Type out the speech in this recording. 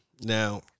Now